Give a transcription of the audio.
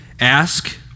ask